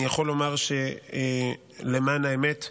אני יכול לומר שלמען האמת,